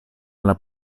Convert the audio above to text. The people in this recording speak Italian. alla